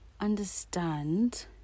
understand